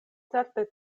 certe